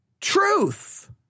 truth